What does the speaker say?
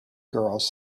girls